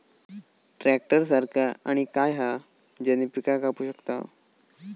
Tractor सारखा आणि काय हा ज्याने पीका कापू शकताव?